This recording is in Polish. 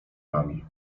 nami